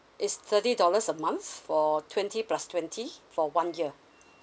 it's thirty dollars a month for twenty plus twenty for one year